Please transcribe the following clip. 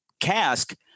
cask